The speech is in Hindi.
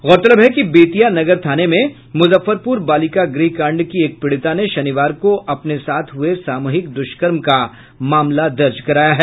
गौरतलब है कि बेतिया नगर थाने में मुजफ्फरपुर बालिका गृह कांड की एक पीड़िता ने शनिवार को अपने साथ हुए सामूहिक दुष्कर्म का मामला दर्ज कराया है